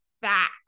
facts